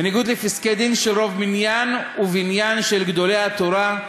בניגוד לפסקי-דין של רוב מניין ובניין של גדולי התורה,